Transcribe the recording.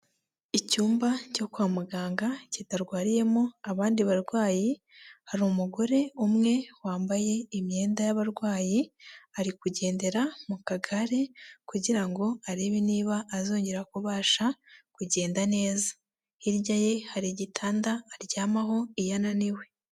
Icyumba cyo kwa muganga kitarwariyemo abandi barwayi, hari umugore umwe wambaye imyenda y'abarwayi, ari kugendera mu kagare kugira ngo arebe niba azongera kubasha kugenda neza, hirya ye hari igitanda aryamaho iyo ananiwe.